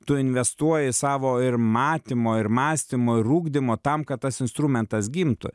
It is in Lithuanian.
tu investuoji savo ir matymo ir mąstymo ir ugdymo tam kad tas instrumentas gimtų